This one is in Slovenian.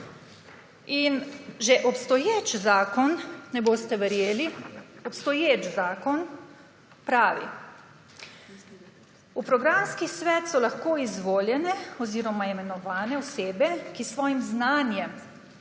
In že obstoječ zakon, ne boste verjeli, obstoječi zakon pravi: »V programski svet so lahko izvoljene oziroma imenovane osebe, ki s svojim znanjem,